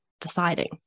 deciding